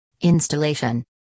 Installation